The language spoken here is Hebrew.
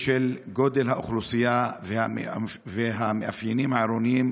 בשל גודל האוכלוסייה והמאפיינים העירוניים